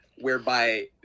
whereby